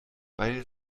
weil